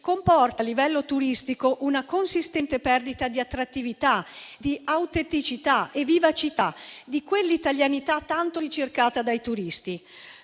comporta, a livello turistico, una consistente perdita di attrattività, di autenticità e vivacità, di quella italianità tanto ricercata dai turisti.